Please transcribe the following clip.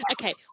Okay